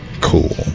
Cool